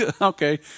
okay